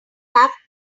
have